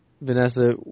Vanessa